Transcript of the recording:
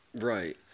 Right